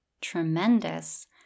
tremendous